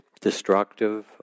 destructive